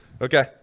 Okay